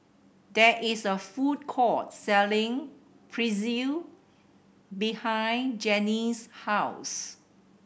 there is a food court selling Pretzel behind Jenni's house